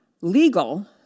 legal